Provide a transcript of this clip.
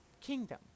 Kingdom